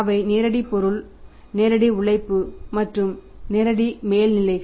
அவை நேரடி பொருள் நேரடி உழைப்பு மற்றும் நேரடி மேல்நிலைகள்